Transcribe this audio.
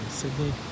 Sydney